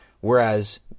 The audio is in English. whereas